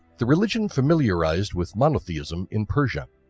the religion familiarized with monotheism in persia.